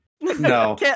No